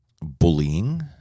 bullying